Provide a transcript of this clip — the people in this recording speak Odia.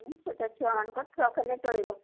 ଛୋଟଛୁଆମାନଙ୍କର ଫ୍ରକ୍ ହେଲେ ଚଳିବ